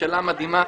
ממשלה מדהימה,